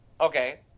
Okay